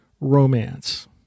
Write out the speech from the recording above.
romance